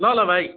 ल ल भाइ